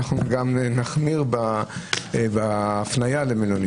אנחנו גם נחמיר בהפניה למלונית.